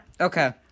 Okay